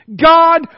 God